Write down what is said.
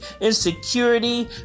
insecurity